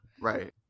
right